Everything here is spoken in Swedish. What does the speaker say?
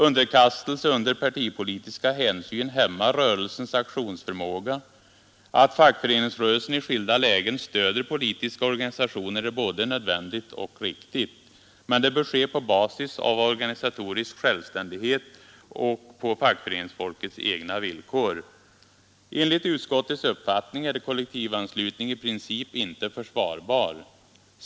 Underkastelse under partipolitiska hänsyn hämmar rörelsens aktionsförmåga. Att fackföreningsrörelsen i skilda lägen stöder politiska organisationer är både nödvändigt och riktigt. Men det bör ske på basis av organisatorisk självständighet och på fackföreningsfolkets egna villkor. Enligt utskottets uppfattning är kollektivanslutning i princip inte försvarbar.